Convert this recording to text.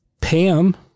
Pam